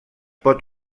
pot